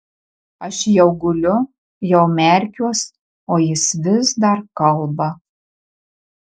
aš jau guliu jau merkiuos o jis vis dar kalba